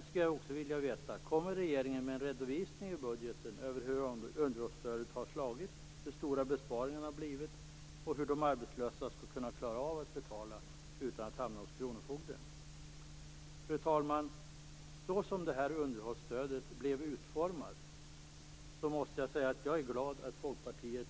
Jag skulle också vilja veta: Kommer regeringen med en redovisning i budgeten över hur underhållsstödet har slagit, hur stora besparingarna har blivit och hur de arbetslösa skall kunna klara av att betala utan att hamna hos kronofogden? Fru talman! Med tanke på hur det här underhållsstödet blev utformat måste jag säga att jag är glad att Folkpartiet